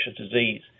disease